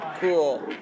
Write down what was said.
Cool